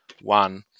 one